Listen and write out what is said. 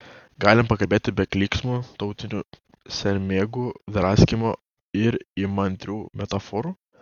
galim pakalbėti be klyksmų tautinių sermėgų draskymo ir įmantrių metaforų